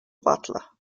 butler